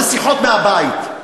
זה שיחות מהבית.